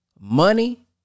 money